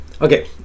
okay